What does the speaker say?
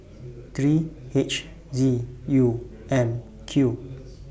three H Z U M Q